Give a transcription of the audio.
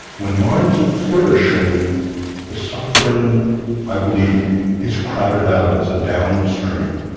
when minds are flourishing the suffering i believe is crowded out as a downstream.